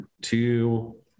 two